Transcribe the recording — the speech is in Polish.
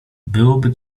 byłoby